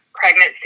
Pregnancy